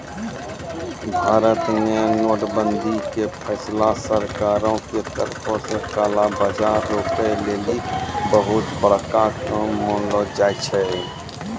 भारत मे नोट बंदी के फैसला सरकारो के तरफो से काला बजार रोकै लेली बहुते बड़का काम मानलो जाय छै